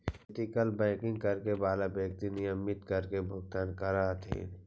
ethical banking करे वाला व्यक्ति नियमित कर के भुगतान करऽ हथिन